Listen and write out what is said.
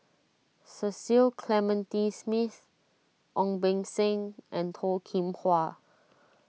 Cecil Clementi Smith Ong Beng Seng and Toh Kim Hwa